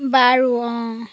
বাৰু অঁ